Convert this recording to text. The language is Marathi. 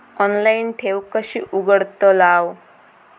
ऑनलाइन ठेव कशी उघडतलाव?